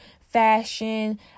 fashion